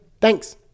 Thanks